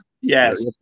Yes